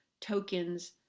tokens